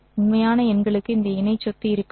உண்மையான எண்களுக்கு இந்த இணை சொத்து இருக்காது